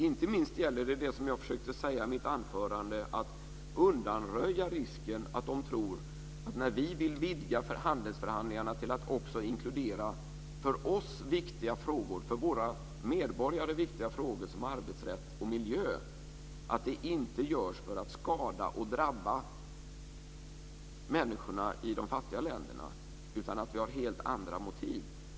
Inte minst gäller det, som jag försökte säga i mitt anförande, att undanröja risken att de tror att vi har helt andra motiv när vi vill vidga handelsförhandlingarna till att också inkludera för våra medborgare viktiga frågor som arbetsrätt och miljö, att det inte görs för att skada och drabba människorna i de fattiga länderna, utan att vi har helt andra motiv.